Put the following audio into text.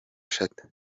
eshatu